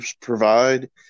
provide